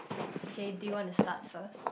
okay do you want to start first